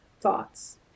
thoughts